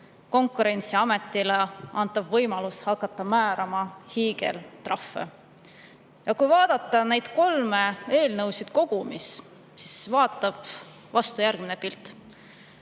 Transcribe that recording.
Konkurentsiametile võimaluse hakata määrama hiigeltrahve. Kui vaadata neid kolme eelnõu kogumis, siis vaatab vastu järgmine pilt: